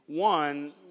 One